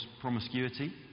promiscuity